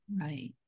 Right